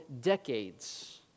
decades